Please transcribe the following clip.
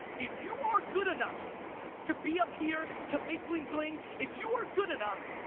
if you are good enough to be up here, to make bling bling, if you are good enough,